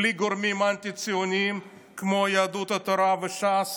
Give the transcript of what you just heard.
בלי גורמים אנטי-ציוניים כמו יהדות התורה וש"ס.